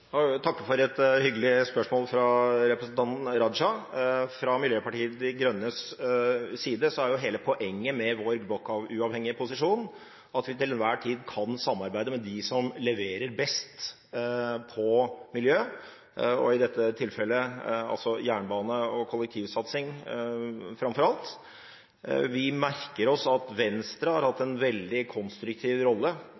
vil takke for et hyggelig spørsmål fra representanten Raja. Fra Miljøpartiet De Grønnes side er hele poenget med vår blokkuavhengige posisjon at vi til enhver tid kan samarbeide med dem som leverer best på miljø, i dette tilfellet altså jernbane- og kollektivsatsing, framfor alt. Vi merker oss at Venstre har hatt